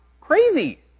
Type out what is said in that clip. crazy